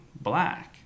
black